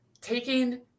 Taking